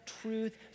truth